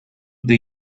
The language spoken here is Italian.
the